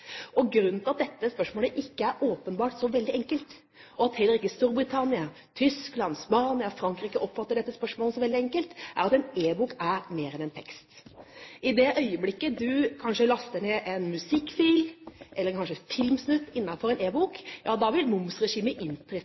at dette spørsmålet ikke åpenbart er så enkelt, og at heller ikke Storbritannia, Tyskland, Spania og Frankrike oppfatter dette spørsmålet som veldig enkelt, er at en e-bok er mer enn en tekst. I det øyeblikket du laster ned en musikkfil, eller kanskje en filmsnutt, innenfor en e-bok, vil momsregimet inntreffe på disse tjenestene. Og da